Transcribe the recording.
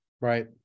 Right